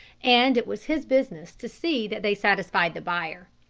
and it was his business to see that they satisfied the buyer.